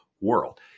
world